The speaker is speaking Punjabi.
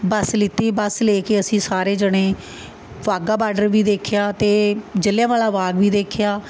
ਬੱਸ ਲਿੱਤੀ ਬੱਸ ਲੈ ਕੇ ਅਸੀਂ ਸਾਰੇ ਜਣੇ ਵਾਘਾ ਬਾਡਰ ਵੀ ਦੇਖਿਆ ਅਤੇ ਜਲ੍ਹਿਆਂਵਾਲ਼ਾ ਬਾਗ ਵੀ ਦੇਖਿਆ